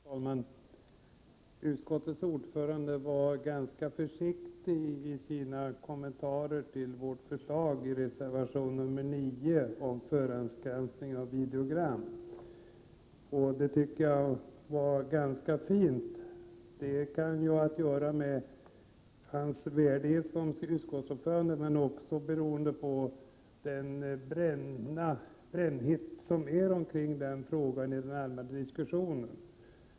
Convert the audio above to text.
Herr talman! Utskottets ordförande var ganska försiktig i sina kommentarer till vårt förslag i reservation 9 om förhandsgranskning av videogram. Det var fint. Det kan ha att göra dels med hans värdighet som utskottsordförande, dels med att atmosfären är brännhet kring denna fråga i den allmänna diskussionen.